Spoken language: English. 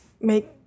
make